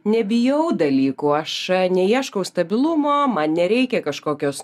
nebijau dalykų aš neieškau stabilumo man nereikia kažkokios